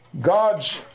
God's